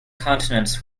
continents